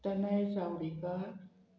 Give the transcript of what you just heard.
Tanay Chawdikar